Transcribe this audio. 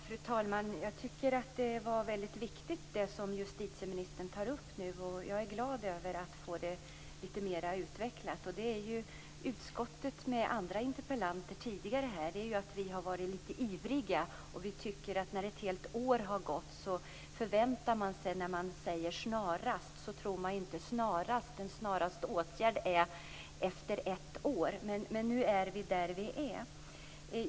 Fru talman! Jag tycker att det som justitieministern tog upp är väldigt viktigt. Jag är glad över att få det litet mera utvecklat. Vi i utskottet och andra interpellanter har tidigare varit litet ivriga. Ett helt år har gått. Har det sagts att åtgärder skall vidtas snarast förväntar man sig inte att det är efter ett år. Men nu är vi där vi är.